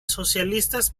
socialistas